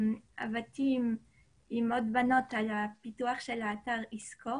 עבדתי עם עוד בנות על הפיתוח של אתר יזכור